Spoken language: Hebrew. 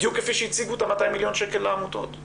בדיוק כפי שהציגו את ה-200 מיליון שקל לעמותות.